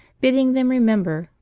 bidding them remember,